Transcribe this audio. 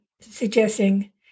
suggesting